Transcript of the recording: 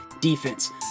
defense